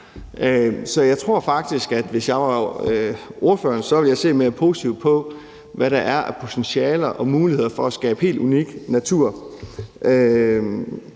Så jeg tror faktisk, at hvis jeg var ordfører, ville jeg se mere positivt på, hvad der er af potentialer og muligheder for at skabe helt unik natur,